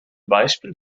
beispiel